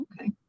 Okay